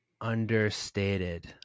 understated